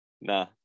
Nah